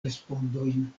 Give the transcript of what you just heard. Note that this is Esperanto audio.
respondojn